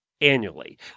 annually